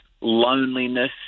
loneliness